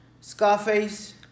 Scarface